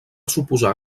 suposar